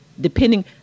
depending